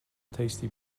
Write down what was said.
tasty